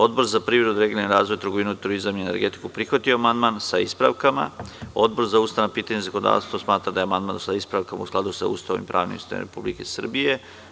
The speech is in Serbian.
Odbor za privredu i regionalni razvoj, trgovinu, turizam i energetiku prihvatio je amandman, sa ispravkama, a Odbor za ustavna pitanja i zakonodavstvo smatra da je amandman, sa ispravkama, u skladu sa Ustavom i pravnim sistemom Republike Srbije.